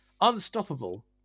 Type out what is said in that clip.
Unstoppable